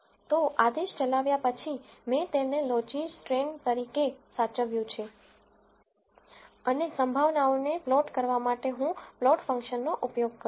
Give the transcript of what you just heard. તો આદેશ ચલાવ્યા પછી મેં તેને લોજીસ્ટ્રેન તરીકે સાચવ્યું છે અને પ્રોબેબ્લીટીઝને પ્લોટ કરવા માટે હું પ્લોટ ફંક્શનનો ઉપયોગ કરીશ